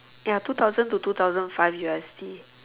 ya two thousand to two thousand five U_S_D